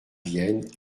vienne